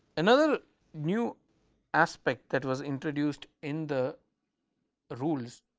another new aspect that was introduced in the rules